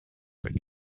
but